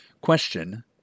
question